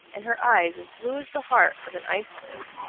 and her eyes as blue as the heart of an iceberg.